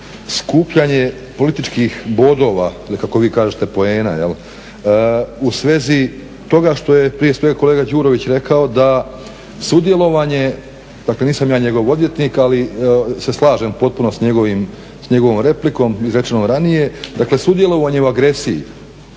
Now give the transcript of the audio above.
u svezi toga prije svega što je kolega Đurović rekao da sudjelovanje dakle ja nisam njegov odvjetnik ali se slažem potpuno s njegovom replikom izrečenom ranije, dakle sudjelovanjem u agresiji